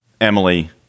Emily